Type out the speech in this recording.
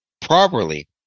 properly